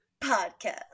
Podcast